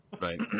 Right